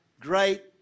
great